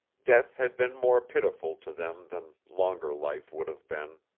death had been more pitiful to them than longer life would have been.